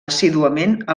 assíduament